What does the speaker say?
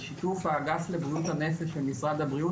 בשיתוף האגף לבריאות הנפש של משרד הבריאות,